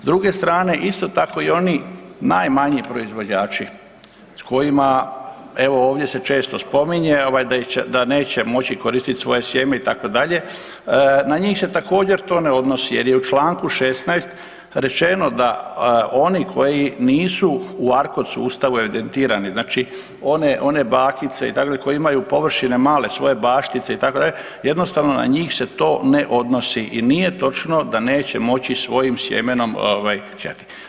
S druge strane isto tako i oni najmanji proizvođači s kojima evo ovdje se često spominje da neće moći koristiti svoje sjeme itd., na njih se također to ne odnosi jer je u čl. 16.rečeno da oni koji nisu u ARCOD sustavu evidentirani znači one bakice itd. koje imaju površine male svoje baštice itd. jednostavno na njih se to ne odnosi i nije točno da neće moći svojim sjemenom sijati.